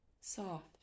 soft